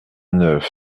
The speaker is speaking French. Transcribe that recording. neuf